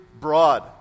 broad